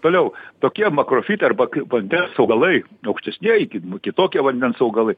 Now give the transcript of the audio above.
toliau tokie makrofitai arba vandens augalai aukštesnieji nu kitokie vandens augalai